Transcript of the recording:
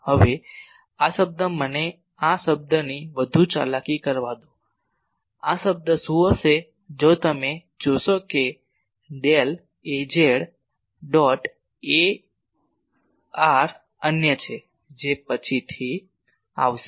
હવે આ પદ મને આ પદની વધુ ચાલાકી કરવા દો આ પદ શું હશે જો તમે જોશો કે ડેલ Az ડોટ એar અન્ય છે જે પછીથી આવશે